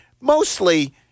mostly